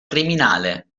criminale